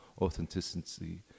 authenticity